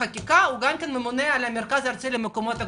גם ממונה על המרכז הארצי למקומות הקדושים.